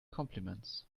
compliments